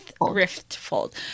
Riftfold